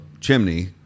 chimney